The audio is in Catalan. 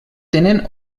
tenen